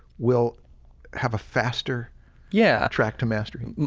will have a faster yeah track to mastering.